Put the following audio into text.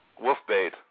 Wolfbait